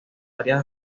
áreas